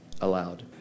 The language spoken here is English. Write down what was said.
allowed